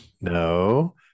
No